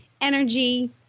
energy